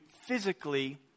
physically